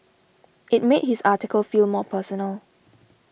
it made his article feel more personal